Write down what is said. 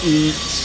eat